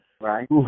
right